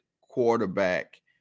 quarterback